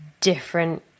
different